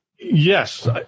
Yes